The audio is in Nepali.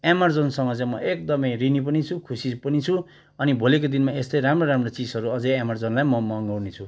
एमाजोनसँग चाहिँ म एकदमै ऋणि पनि छु खुसी पनि छु अनि भोलिको दिनमा यस्तै राम्रो राम्रो चिजहरू अझै एमाजोनलाई म मगाउनेछु